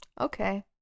Okay